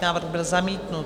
Návrh byl zamítnut.